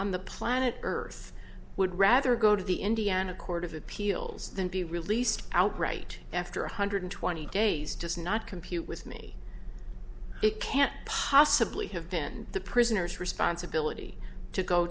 on the planet earth would rather go to the indiana court of appeals than be released outright after one hundred twenty days does not compute with me it can't possibly have been the prisoner's responsibility to go